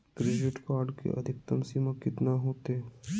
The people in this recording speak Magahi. क्रेडिट कार्ड के अधिकतम सीमा कितना होते?